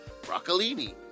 broccolini